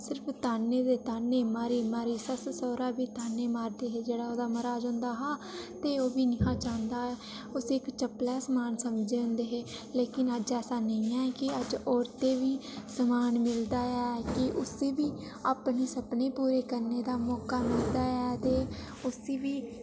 सिर्फ ताह्न्ने गै ताह्न्ने मारी मारी सस्स सौह्रा बी ताह्न्ने मारदे हे जेह्ड़ा ओह्दा मर्हाज होंदा हा प्ही ओह्बी नेईं हा चांह्दा उसी इक चप्पलै समान समझदे हे लेकिन अज्ज ऐसा नेईं ऐ कि अज्ज औरतें गी सम्मान मिलदा ऐ कि उसी बी अपने सुखने पूरा करने दा मौका मिलदा ऐ ते उसी बी